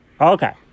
Okay